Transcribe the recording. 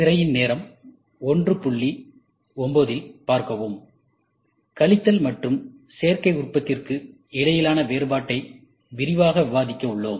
திரையின் நேரம் 0109 இல் பார்க்கவும் கழித்தல் மற்றும் சேர்க்கை உற்பத்திக்கு இடையிலான வேறுபாட்டை விரிவாக விவாதிக்க உள்ளோம்